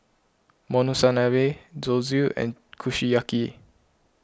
Monsunabe Zosui and Kushiyaki